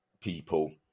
people